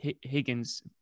higgins